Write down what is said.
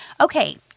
Okay